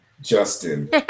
Justin